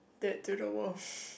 that do the